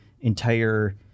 entire